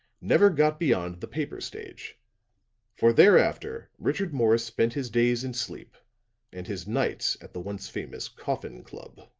never got beyond the paper stage for thereafter richard morris spent his days in sleep and his nights at the once famous coffin club